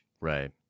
Right